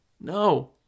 No